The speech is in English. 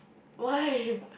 why